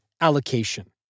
allocation